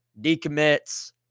Decommits